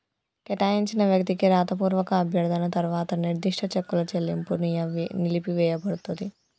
కేటాయించిన వ్యక్తికి రాతపూర్వక అభ్యర్థన తర్వాత నిర్దిష్ట చెక్కుల చెల్లింపు నిలిపివేయపడతది